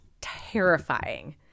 terrifying